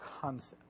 concept